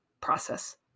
Process